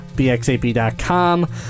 bxap.com